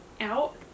out